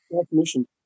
Definition